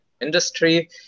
industry